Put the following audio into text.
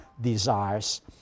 desires